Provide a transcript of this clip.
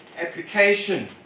application